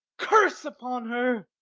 curse upon her!